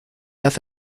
hace